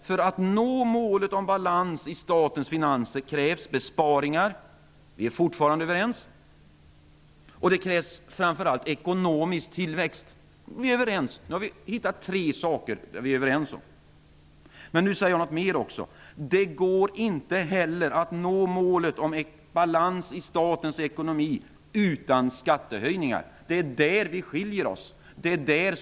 För att nå målet om balans i statens finanser krävs det besparingar, och fortfarande är vi överens. Det krävs också framför allt ekonomisk tillväxt. Vi är också här överens. Nu har vi alltså hittat tre områden där vi är överens. Men så har jag ytterligare något att säga. Det går nämligen inte heller att utan skattehöjningar nå målet om balans i statens ekonomi. Det är i det avseendet som vi skiljer oss från varandra.